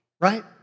right